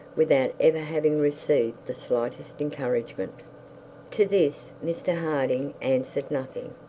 without ever having received the slightest encouragement to this mr harding answered nothing.